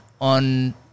on